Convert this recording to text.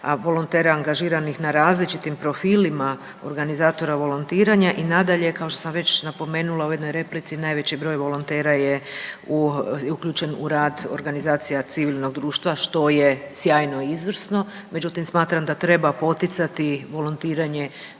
volontera angažiranih na različitim profilima organizatora volontiranja i nadalje kao što sam već napomenula u jednoj replici najveći broj volontera je uključen u rad organizacija civilnog društva što je sjajno i izvrsno. Međutim, smatram da treba poticati volontiranje